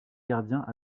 gardiens